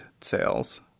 sales